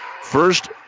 First